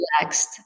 relaxed